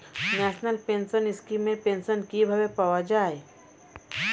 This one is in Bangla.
ন্যাশনাল পেনশন স্কিম এর পেনশন কিভাবে পাওয়া যায়?